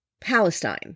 Palestine